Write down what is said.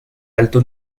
alto